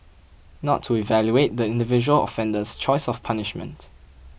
not to evaluate the individual offender's choice of punishment